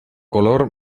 color